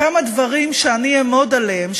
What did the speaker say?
כמה דברים שאני אעמוד עליהם,